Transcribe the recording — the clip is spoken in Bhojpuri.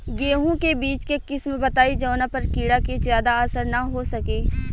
गेहूं के बीज के किस्म बताई जवना पर कीड़ा के ज्यादा असर न हो सके?